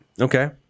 Okay